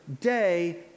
day